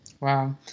Wow